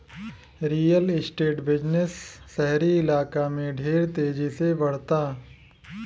real estate business शहरी इलाका में ढेर तेजी से बढ़ता